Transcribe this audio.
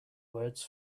words